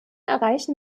erreichen